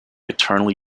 eternally